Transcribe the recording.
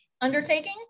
undertaking